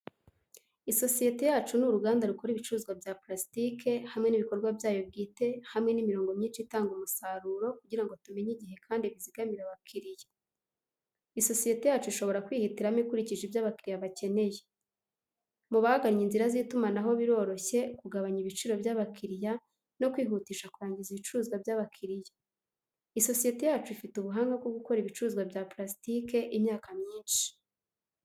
Isosiyete yacu ni uruganda rukora ibicuruzwa bya purasitike hamwe n’ibikorwa byayo bwite hamwe n’imirongo myinshi itanga umusaruro kugira ngo tumenye igihe kandi bizigamire abakiriya. Isosiyete yacu ishobora kwihitiramo ikurikije ibyo abakiriya bakeneye. Mubagannye inzira z'itumanaho biroroshye, kugabanya ibiciro by'abakiriya, no kwihutisha kurangiza ibicuruzwa byabakiriya. Isosiyete yacu ifite ubuhanga bwo gukora ibicuruzwa bya pulasitike imyaka myinshi.